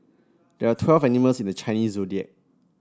there are twelve animals in the Chinese Zodiac